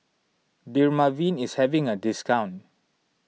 Dermaveen is having a discount